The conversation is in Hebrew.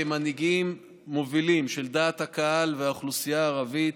כמנהיגים מובילים של דעת הקהל והאוכלוסייה הערבית,